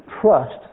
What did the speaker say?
trust